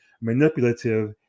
manipulative